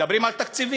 מדברים על תקציבים.